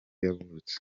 yavutse